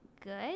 good